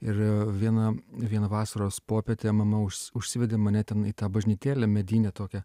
ir e viena vieną vasaros popietę manau užs užsivedė mane tenai į tą bažnytėlę medinę tokią